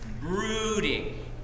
brooding